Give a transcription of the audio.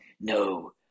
No